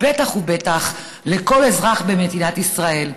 ובטח ובטח לכל אזרח במדינת ישראל?